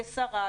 כשרה,